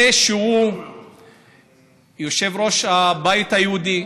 זה שהוא יושב-ראש הבית היהודי,